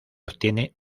obtiene